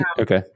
Okay